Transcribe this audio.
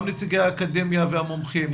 גם נציגי האקדמיה והמומחים,